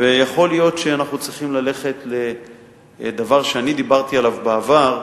ויכול להיות שאנחנו צריכים ללכת לדבר שאני דיברתי עליו בעבר,